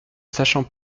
sachant